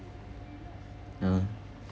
uh